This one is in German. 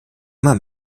immer